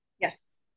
Yes